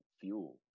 fuel